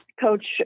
Coach